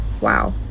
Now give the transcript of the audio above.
Wow